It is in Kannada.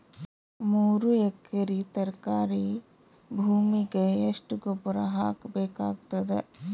ಮೂರು ಎಕರಿ ತರಕಾರಿ ಭೂಮಿಗ ಎಷ್ಟ ಗೊಬ್ಬರ ಹಾಕ್ ಬೇಕಾಗತದ?